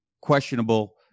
questionable